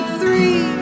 three